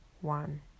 one